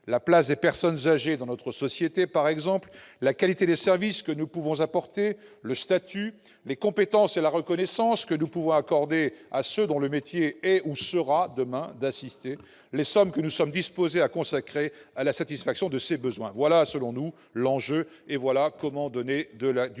la place des personnes âgées dans notre société, par exemple ; la qualité des services que nous pouvons apporter ; le statut ; les compétences et la reconnaissance que nous pouvons accorder à ceux dont le métier est, ou sera, demain, d'assister ; les sommes que nous sommes disposés à consacrer à la satisfaction de ces besoins ... Voilà, selon nous, quel est l'enjeu et comment donner du sens